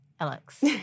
Alex